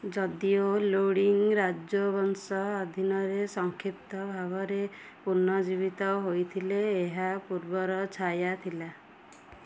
ଯଦିଓ ଲୋଡ଼ି ରାଜବଂଶ ଅଧୀନରେ ସଂକ୍ଷିପ୍ତ ଭାବରେ ପୁନର୍ଜୀବିତ ହୋଇଥିଲା ଏହା ପୂର୍ବର ଛାୟା ଥିଲା